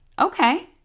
Okay